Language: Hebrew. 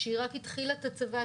כשהיא רק התחילה את הצבא,